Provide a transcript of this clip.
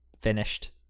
finished